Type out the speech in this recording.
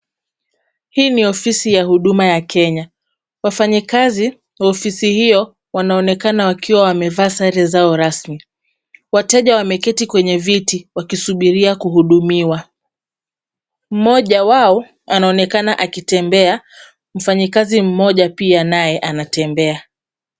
Hii ni ofisi ya huduma ya Kenya. Wafanyikazi wa ofisi hio wanaonekana wakiwa wamevaa sare zao rasmi. Wateja wameketi kwenye viti wakisubiria kuhudumiwa. Mmoja wao anaonekana akitembea. Mfanyikazi mmoja pia naye anatembea.